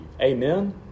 Amen